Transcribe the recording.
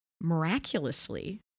Miraculously